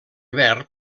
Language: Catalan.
verb